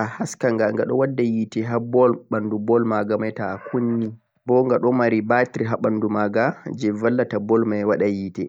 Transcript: a haskan gha ghada waatta yite bol banduu bol ma gha mei toh a kunya boongha don mari haa banduu magha jee bolwata bol mei wooda yite